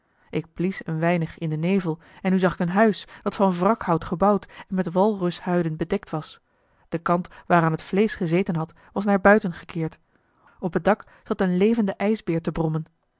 ik blies een weinig in den nevel en nu zag ik een huis dat van wrakhout gebouwd en met walrushuiden bedekt was de kant waaraan het vleesch gezeten had was naar buiten gekeerd op het dak zat een levende ijsbeer te brommen